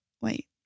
Wait